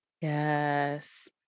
Yes